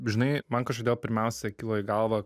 žinai man kažkodėl pirmiausia kilo į galvą